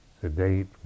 sedate